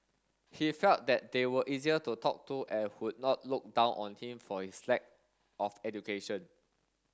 he felt that they were easier to talk to and would not look down on him for his lack of education